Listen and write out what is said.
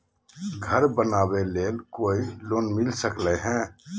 घर बनावे ले कोई लोनमिल सकले है?